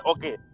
Okay